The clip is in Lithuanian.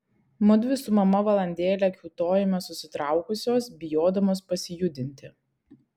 mudvi su mama valandėlę kiūtojome susitraukusios bijodamos pasijudinti